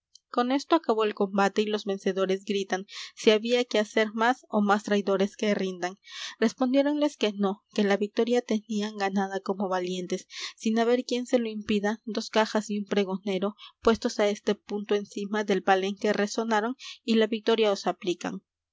con esto acabó el combate y los vencedores gritan si había que hacer más ó más traidores que rindan respondiéronles que no que la victoria tenían ganada como valientes sin haber quien se lo impida dos cajas y un pregonero puestos á este punto encima del palenque resonaron y la victoria os aplican